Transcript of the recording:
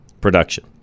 production